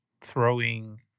throwing